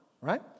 right